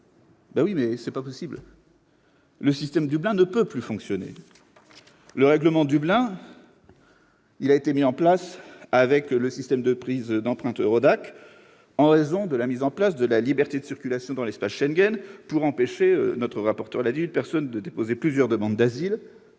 Mais ce n'est pas possible ! Le système Dublin ne peut plus fonctionner. Le règlement Dublin a été mis en place avec le système de prise d'empreintes EURODAC en raison de l'instauration de la liberté de circulation dans l'espace Schengen. Comme l'a dit le rapporteur, il visait à empêcher une personne de déposer plusieurs demandes d'asile